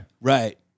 Right